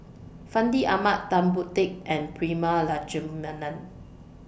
Fandi Ahmad Tan Boon Teik and Prema Letchumanan